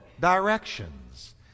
directions